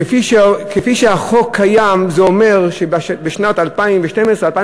כפי שהחוק קיים, זה אומר שב-2012 2013